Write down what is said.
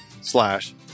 slash